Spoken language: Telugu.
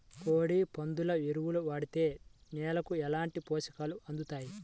కోడి, పందుల ఎరువు వాడితే నేలకు ఎలాంటి పోషకాలు అందుతాయి